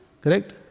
Correct